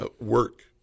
work